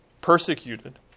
persecuted